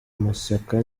mashyaka